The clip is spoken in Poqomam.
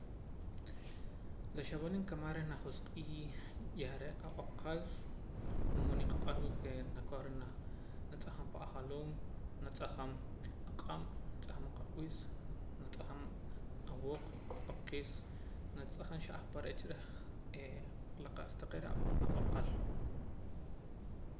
La xaboon nkamaj reh najosq'ii yah re' ab'aqal wulmood niqaq'ar wa ke nakoj reh naa natz'ajam pan ajaloom natz'ajam aq'ab' natz'ajam aq'ab'is natz'ajam awooq oqis natz'ajam xah ahpare' cha reh la qa'sa taqee' reh ab'aqal